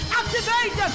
activate